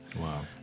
Wow